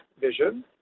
vision